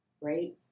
right